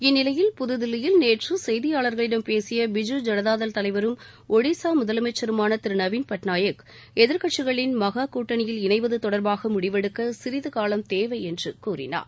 இந்நிலையில் புதுதில்லியில் நேற்று செய்தியாளர்களிடம் பேசிய பிஜூ ஜனதாதள் தலைவரும் ஒடிஷா முதலமைச்சருமான திரு நவீன் பட்நாயக் எதிர்க்கட்சிகளின் மகா கூட்டனியில் இணைவது தொடர்பாக முடிவெடுக்க சிறிதுகாலம் தேவை என்று கூறினார்